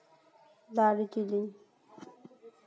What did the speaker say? ᱞᱟᱞᱜᱤᱨᱤ